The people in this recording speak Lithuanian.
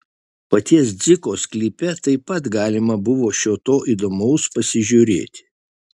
paties dziko sklype taip pat galima buvo šio to įdomaus pasižiūrėti